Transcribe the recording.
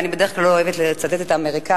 ואני בדרך כלל לא אוהבת לצטט את האמריקנים,